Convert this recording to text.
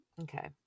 okay